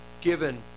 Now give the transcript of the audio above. given